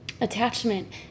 Attachment